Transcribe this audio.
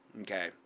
okay